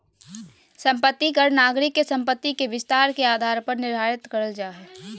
संपत्ति कर नागरिक के संपत्ति के विस्तार के आधार पर निर्धारित करल जा हय